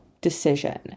decision